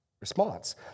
response